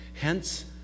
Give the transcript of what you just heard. Hence